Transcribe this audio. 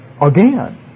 again